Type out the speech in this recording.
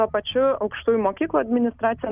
tuo pačiu aukštųjų mokyklų administracija